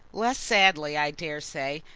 less sadly, i daresay,